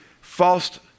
false